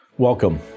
Welcome